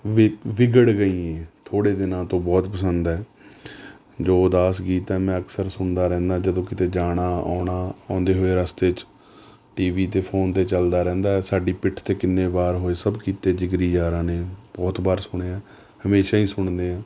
ਵਿਗ ਵਿਗੜ ਗਈ ਏ ਥੋੜ੍ਹੇ ਦਿਨਾਂ ਤੋਂ ਬਹੁਤ ਪਸੰਦ ਹੈ ਜੋ ਉਦਾਸ ਗੀਤ ਹੈ ਮੈਂ ਅਕਸਰ ਸੁਣਦਾ ਰਹਿੰਦਾ ਜਦੋਂ ਕਿਤੇ ਜਾਣਾ ਆਉਣਾ ਆਉਂਦੇ ਹੋਏ ਰਸਤੇ 'ਚ ਟੀ ਵੀ 'ਤੇ ਫ਼ੋਨ 'ਤੇ ਚਲਦਾ ਰਹਿੰਦਾ ਹੈ ਸਾਡੀ ਪਿੱਠ 'ਤੇ ਕਿੰਨੇ ਵਾਰ ਹੋਏ ਸਭ ਕੀਤੇ ਜੀਗਰੀ ਯਾਰਾਂ ਨੇ ਬਹੁਤ ਵਾਰ ਸੁਣਿਆ ਹਮੇਸ਼ਾ ਹੀ ਸੁਣਦੇ ਹਾਂ